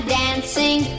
dancing